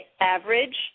average